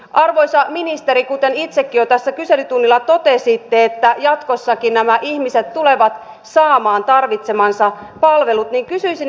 arvoisa ministeri itsekin jo tässä kyselytunnilla totesitte että jatkossakin nämä ihmiset tulevat saamaan tarvitsemansa palvelut joten kysyisin